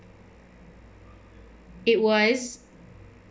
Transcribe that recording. it was